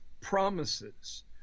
promises